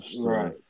Right